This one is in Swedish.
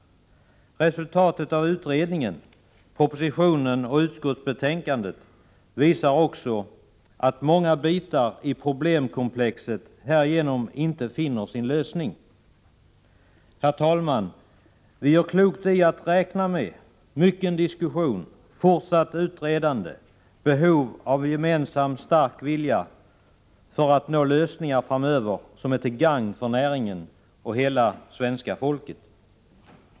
Resultatet av utredningen, propositionen och utskottsbetänkandet visar också att många bitar i problemkomplexet härigenom inte finner sin lösning. Herr talman! Vi gör klokt i att räkna med mycken diskussion, fortsatt utredande, behov av en gemensam stark vilja för att nå lösningar framöver som är till gagn för näringen och för hela det svenska folket.